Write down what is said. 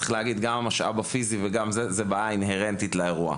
צריך להגיד שגם זה וגם המשאב הפיזי אלו בעיות אינהרנטיות למצב.